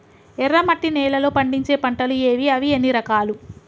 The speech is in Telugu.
ఎర్రమట్టి నేలలో పండించే పంటలు ఏవి? అవి ఎన్ని రకాలు?